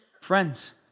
Friends